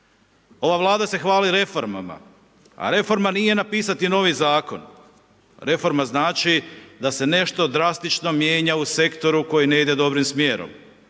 Ova Vlada se hvali reformama a reforma nije napisati novi zakon, reforma znači da se nešto drastično mijenja u sektoru koji ne ide dobrim smjerom.